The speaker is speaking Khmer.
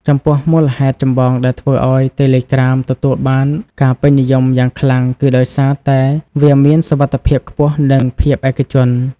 ចំពោះ មូលហេតុចម្បងដែលធ្វើឱ្យតេឡេក្រាមទទួលបានការពេញនិយមយ៉ាងខ្លាំង គឺដោយសារតែវាមាន សុវត្ថិភាពខ្ពស់ និងភាពឯកជន។